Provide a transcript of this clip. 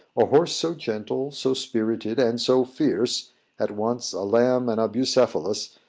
a horse so gentle, so spirited, and so fierce at once a lamb and a bucephalus,